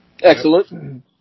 Excellent